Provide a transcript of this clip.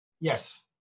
Yes